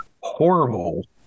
horrible